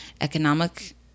economic